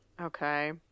Okay